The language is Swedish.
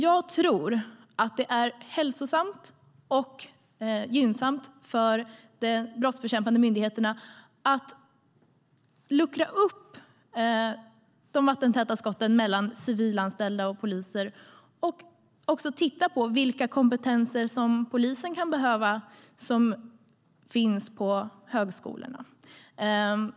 Jag tror att det är hälsosamt och gynnsamt för de brottsbekämpande myndigheterna att luckra upp de vattentäta skotten mellan civilanställda och poliser och även att titta på vilka av de kompetenser som finns på högskolorna polisen kan behöva.